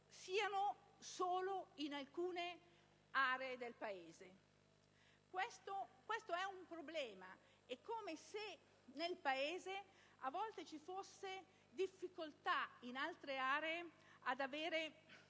solo in alcune aree del Paese. Questo è un problema: è come se, nel Paese, a volte vi fosse difficoltà ad avere, in aree